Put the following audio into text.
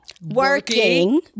Working